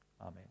Amen